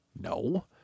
No